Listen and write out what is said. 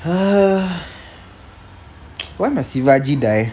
why must sivagi die